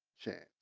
chance